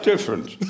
Different